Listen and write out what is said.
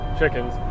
chickens